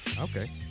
Okay